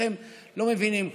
כולכם לא מבינים כלום.